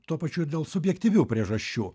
tuo pačiu dėl subjektyvių priežasčių